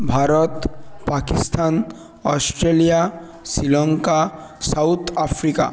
Bharat Pakistan Australia Sri Lanka South Africa